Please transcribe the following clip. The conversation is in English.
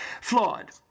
flawed